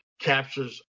captures